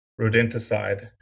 rodenticide